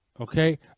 Okay